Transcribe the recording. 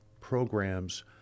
programs